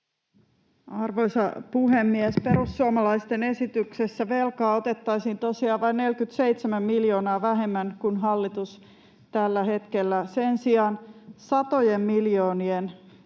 Arvoisa puhemies! Perussuomalaisten esityksessä velkaa otettaisiin tosiaan vain 47 miljoonaa vähemmän kuin hallitus tällä hetkellä ottaa. Sen sijaan satojen miljoonien